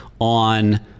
on